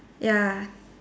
ya